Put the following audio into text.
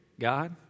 God